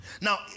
now